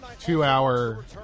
two-hour